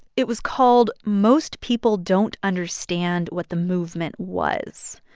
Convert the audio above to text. it was called most people don't understand what the movement was.